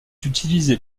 utilisé